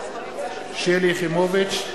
שלי יחימוביץ,